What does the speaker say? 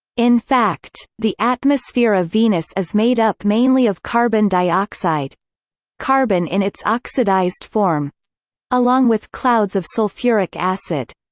in fact, the atmosphere of venus is made up mainly of carbon dioxide carbon in its oxidized form along with clouds of sulfuric acid.